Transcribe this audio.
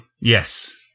yes